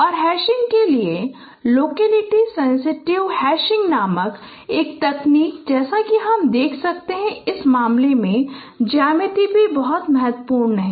और हैशिंग के लिए लोकलिटी सेंसिटिव हैशिंग नामक एक तकनीक है जैसा कि हम देख सकते हैं कि इस मामले में ज्यामिति भी महत्वपूर्ण है